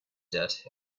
debt